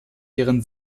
ihren